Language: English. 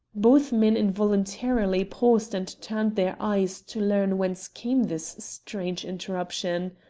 both men involuntarily paused and turned their eyes to learn whence came this strange interruption.